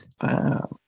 Wow